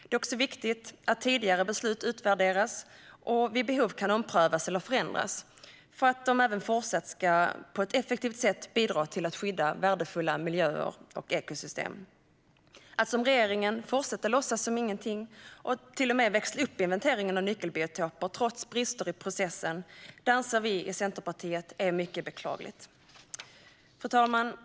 Det är också viktigt att tidigare beslut utvärderas och vid behov omprövas eller förändras för att de även fortsatt på ett effektivt sätt ska bidra till att skydda värdefulla miljöer och ekosystem. Att regeringen fortsätter att låtsas som ingenting och till och med växlar upp inventeringen av nyckelbiotoper trots brister i processen anser vi i Centerpartiet är mycket beklagligt. Fru talman!